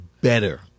better